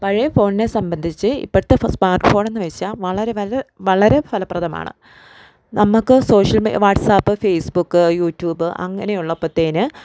പഴയ ഫോണിനെ സംബദ്ധിച്ച് ഇപ്പഴത്തെ സ്മാർട്ട് ഫോണെന്ന് വെച്ചാൽ വളരെ വളരെ വളരേ ഫലപ്രദമാണ് നമുക്ക് social media WhatsApp Facebook YouTube അങ്ങനെയുള്ള അപ്പത്തേന്